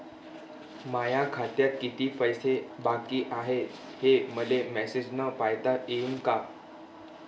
माया खात्यात कितीक पैसे बाकी हाय, हे मले मॅसेजन पायता येईन का?